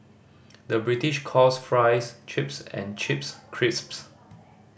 the British calls fries chips and chips crisps